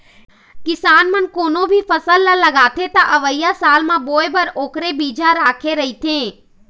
किसान मन कोनो भी फसल ल लगाथे त अवइया साल म बोए बर ओखरे बिजहा राखे रहिथे